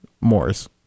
Morris